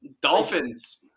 Dolphins